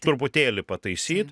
truputėlį pataisyt